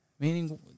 meaning